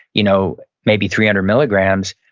you know maybe three hundred milligrams,